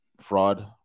fraud